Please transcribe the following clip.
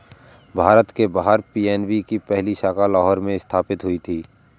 भारत के बाहर पी.एन.बी की पहली शाखा लाहौर में स्थापित हुई थी